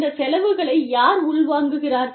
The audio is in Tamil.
இந்த செலவுகளை யார் உள்வாங்குகிறார்கள்